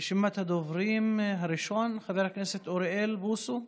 רשימת הדוברים: הראשון, חבר הכנסת אוריאל בוסו,